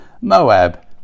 Moab